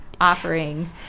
offering